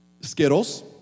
Skittles